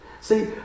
See